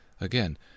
Again